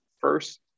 first